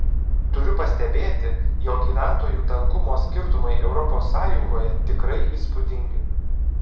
turiu pastebėti jog gyventojų tankumo skirtumai europos sąjungoje tikrai įspūdingi